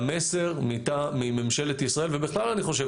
והמסר ממשלת ישראל ובכלל אני חושב,